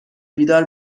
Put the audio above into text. بیدار